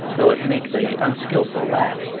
though it make the unskillful laugh,